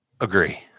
Agree